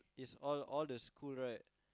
is all all the school right